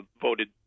voted